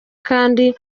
kandi